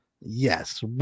Yes